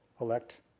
elect